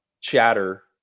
chatter